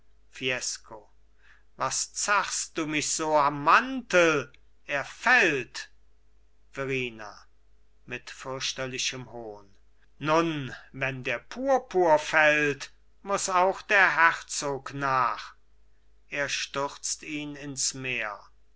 was zerrst du mich so am mantel er fällt verrina mit fürchterlichem hohn nun wenn der purpur fällt muß auch der herzog nach er stürzt ihn ins meer